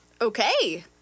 Okay